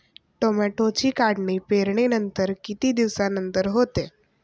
टोमॅटोची काढणी पेरणीनंतर किती दिवसांनंतर होते?